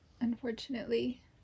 unfortunately